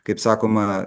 kaip sakoma